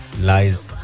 lies